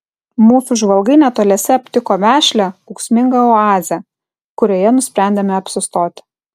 mūsų žvalgai netoliese aptiko vešlią ūksmingą oazę kurioje nusprendėme apsistoti